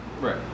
Right